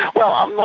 well, um ah